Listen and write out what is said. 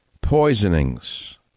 Poisonings